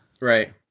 Right